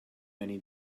many